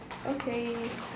okay